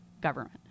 government